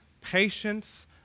patience